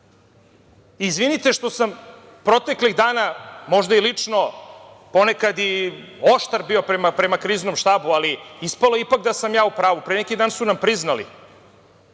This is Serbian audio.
radi. Izvinite što sam proteklih dana, možda i lično, ponekad i oštar bio prema Kriznom štabu, ali ispalo je ipak da sam ja u pravu. Pre neki dan su nam priznali